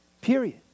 Period